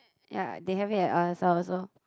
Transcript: ya they have it at Al-Azhar also